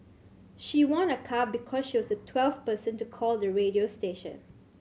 she won a car because she was the twelfth person to call the radio station